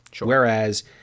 Whereas